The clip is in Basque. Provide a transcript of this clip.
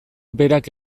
berak